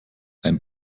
ein